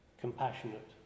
compassionate